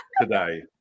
today